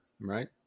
right